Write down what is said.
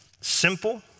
simple